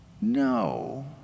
no